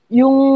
yung